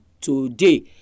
today